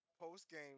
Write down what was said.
post-game